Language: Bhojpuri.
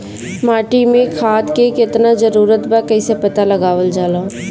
माटी मे खाद के कितना जरूरत बा कइसे पता लगावल जाला?